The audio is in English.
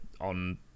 on